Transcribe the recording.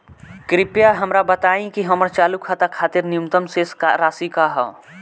कृपया हमरा बताइं कि हमर चालू खाता खातिर न्यूनतम शेष राशि का ह